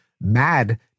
mad